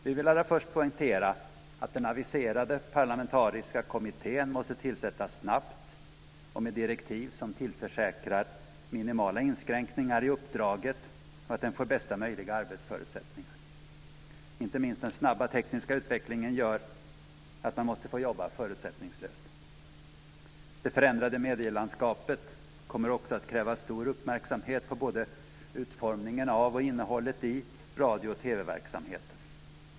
Vi vill allra först poängtera att den aviserade parlamentariska kommittén måste tillsättas snabbt och med direktiv som tillförsäkrar kommittén minimala inskränkningar i uppdraget och innebär att den får bästa möjliga arbetsförutsättningar. Inte minst den snabba tekniska utvecklingen gör att man måste få jobba förutsättningslöst. Det förändrade medielandskapet kommer också att kräva stor uppmärksamhet när det gäller både utformningen av och innehållet i radio och TV-verksamheten.